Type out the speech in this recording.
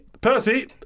Percy